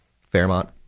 Fairmont